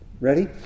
Ready